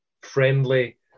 friendly